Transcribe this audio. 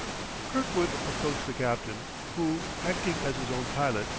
kirkwood approached the captain, who, acting as his own pilot,